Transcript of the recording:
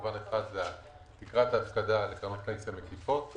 מובן אחד זה תקרת ההפקדה --- פנסיה מקיפות.